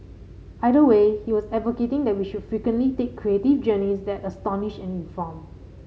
either way he was advocating that we should frequently take creative journeys that astonish and inform